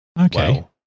Okay